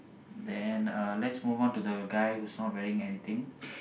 then uh let's move on to the guy who's not wearing anything